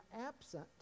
absent